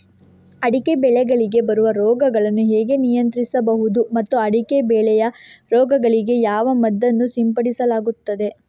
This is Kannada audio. ಅಡಿಕೆ ಬೆಳೆಗಳಿಗೆ ಬರುವ ರೋಗಗಳನ್ನು ಹೇಗೆ ನಿಯಂತ್ರಿಸಬಹುದು ಮತ್ತು ಅಡಿಕೆ ಬೆಳೆಯ ರೋಗಗಳಿಗೆ ಯಾವ ಮದ್ದನ್ನು ಸಿಂಪಡಿಸಲಾಗುತ್ತದೆ?